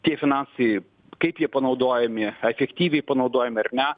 tie finansai kaip jie panaudojami efektyviai panaudojami ar ne